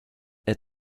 est